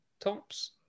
tops